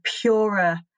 purer